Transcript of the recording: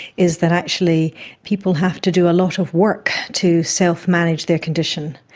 is that actually people have to do a lot of work to self-manage their condition.